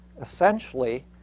essentially